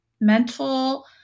mental